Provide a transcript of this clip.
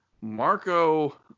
Marco